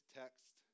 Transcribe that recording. text